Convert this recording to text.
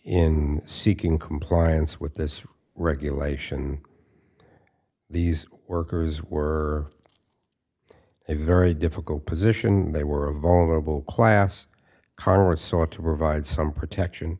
in seeking compliance with this regulation these workers were it was very difficult position they were a vulnerable class congress ought to provide some protection